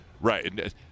Right